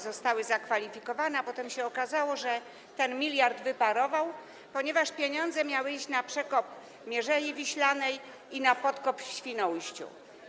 Zostały zakwalifikowane, a potem się okazało, że ten miliard wyparował, ponieważ pieniądze miały iść na przekop Mierzei Wiślanej i na podkop w Świnoujściu.